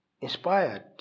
inspired